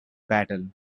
battle